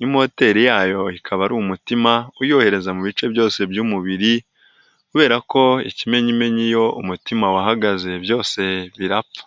n' moteri yayo ikaba ari umutima uyohereza mu bice byose by'umubiri kubera ko ikimenyimenyi iyo umutima wahagaze byose birapfa.